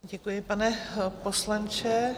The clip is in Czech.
Děkuji, pane poslanče.